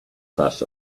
fuss